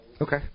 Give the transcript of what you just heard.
okay